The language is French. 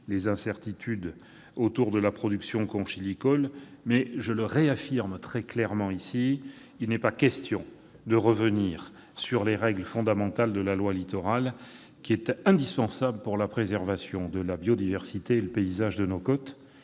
les incertitudes autour de la production conchylicole, mais je veux le réaffirmer très clairement ici : il n'est pas question de revenir sur les règles fondamentales de la loi Littoral, qui est indispensable à la préservation de la biodiversité et du paysage de nos côtes.